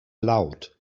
laut